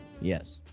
Yes